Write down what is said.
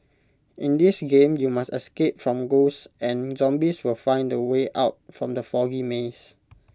in this game you must escape from ghosts and zombies while finding the way out from the foggy maze